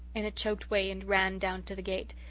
in a choked way and ran down to the gate,